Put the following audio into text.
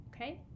okay